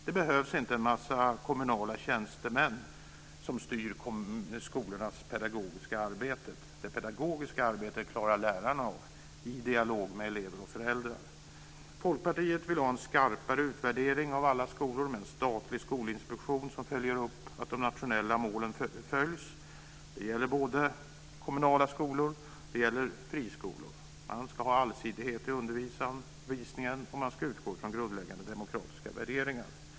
Det behövs inte en massa kommunala tjänstemän som styr skolornas pedagogiska arbete. Det pedagogiska arbetet klarar lärarna av, i dialog med elever och föräldrar. Folkpartiet vill ha en skarpare utvärdering av alla skolor med en statlig skolinspektion som följer upp att de nationella målen följs - det gäller både kommunala skolor och friskolor. Alla ska vara allsidiga i undervisningen och man ska utgå från grundläggande demokratiska värderingar.